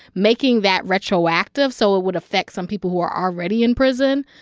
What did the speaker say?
making that retroactive. so it would affect some people who are already in prison.